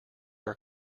our